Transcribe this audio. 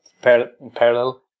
parallel